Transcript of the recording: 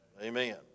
Amen